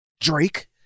Drake